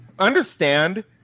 understand